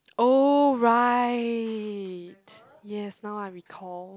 oh right yes now I recall